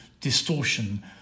distortion